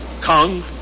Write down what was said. Kong